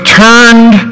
turned